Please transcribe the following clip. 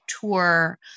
tour